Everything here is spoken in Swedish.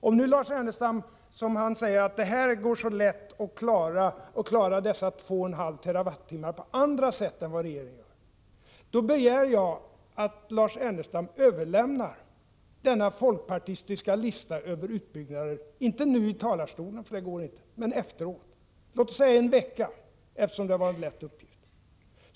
Om nu Lars Ernestam säger att det går så lätt att klara dessa 2,5 TWh på andra sätt, begär jag att Lars Ernestam överlämnar denna folkpartistiska lista över utbyggnader —- inte nu i talarstolen, för det går inte, men efteråt, låt oss säga om en vecka, eftersom det var en lätt uppgift.